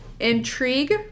Intrigue